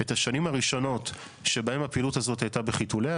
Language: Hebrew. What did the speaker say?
את השנים הראשונות שבהן הפעילות הזאת הייתה בחיתוליה.